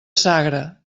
sagra